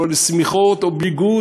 לשמיכות או לביגוד,